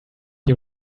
you